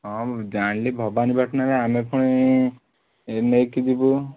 ହଁ ମୁଁ ଯାଣିଲି ଭବାନୀପାଟଣାରେ ଆମେ ପୁଣି ନେଇକି ଯିବୁ